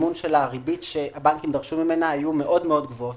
הריבית שהבנקים דרשו ממנה היו מאוד גבוהות.